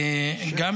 טבחים זה שפים.